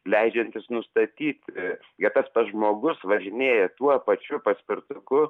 leidžiantis nustatyt kad tas pats žmogus važinėja tuo pačiu paspirtuku